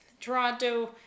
Toronto